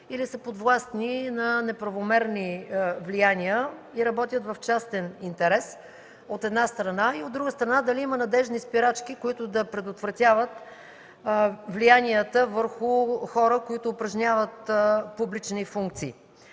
или са подвластни на неправомерни влияния и работят в частен интерес, от една страна, от друга страна, има ли надеждни спирачки, които да предотвратяват влиянията върху хора, които упражняват публични функции.